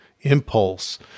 impulse